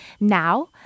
Now